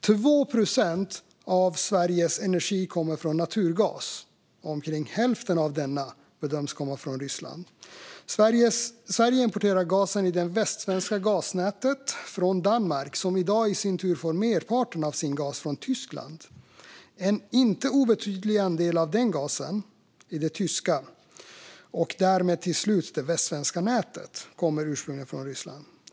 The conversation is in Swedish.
2 procent av Sveriges energi kommer från naturgas, och omkring hälften av denna bedöms komma från Ryssland. Sverige importerar gasen i det västsvenska gasnätet från Danmark som i dag i sin tur får merparten av sin gas från Tyskland. En inte obetydlig andel av gasen i det tyska och därmed till slut i det västsvenska nätet kommer ursprungligen från Ryssland.